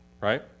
right